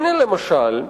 הנה, למשל,